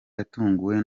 yatunguwe